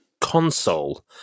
Console